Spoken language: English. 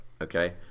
okay